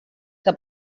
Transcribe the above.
que